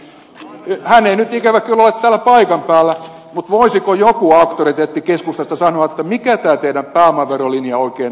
hän ei nyt ikävä kyllä ole täällä paikan päällä mutta voisiko joku auktoriteetti keskustasta sanoa mikä tämä teidän pääomaverolinjanne oikein on